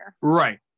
Right